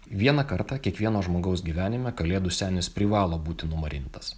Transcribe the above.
vieną kartą kiekvieno žmogaus gyvenime kalėdų senis privalo būti numarintas